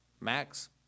Max